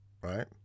right